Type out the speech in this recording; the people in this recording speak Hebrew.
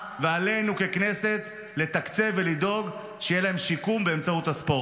ועלינו ככנסת לתקצב ולדאוג שיהיה להם שיקום באמצעות הספורט.